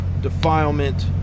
defilement